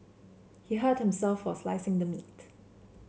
he hurt himself while slicing the meat